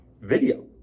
video